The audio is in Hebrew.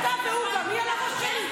לא מספיק אתה והוא, גם היא על הראש שלי?